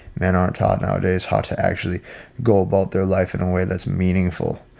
men aren't taught nowadays how to actually go about their life in a way that's meaningful.